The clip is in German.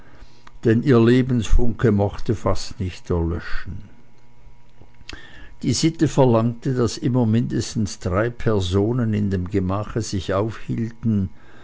denn ihr lebensfunke mochte fast nicht erlöschen die sitte verlangte daß immer mindestens drei personen in dem gemache sich aufhielten